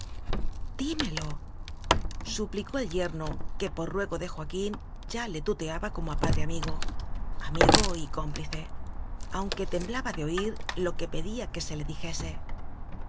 dímelo suplicó el yerno que por rue go de joaquín ya le tuteaba como a padre amigoamigo y cómplice aunque tem blaba de oir lo que pedía que se le dijese